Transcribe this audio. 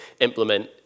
implement